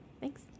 Thanks